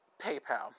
PayPal